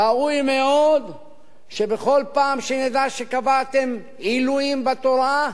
ראוי מאוד שבכל פעם שנדע שקבעתם עילויים בתורה,